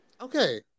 Okay